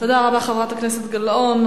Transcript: תודה רבה, חברת הכנסת גלאון.